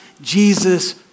Jesus